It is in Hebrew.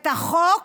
את החוק